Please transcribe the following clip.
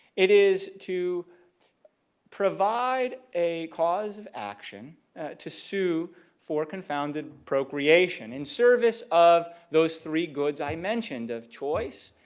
it is to provide a cause of action to sue for confounded procreation in service of those three goods i mentioned of choice,